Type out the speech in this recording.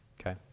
okay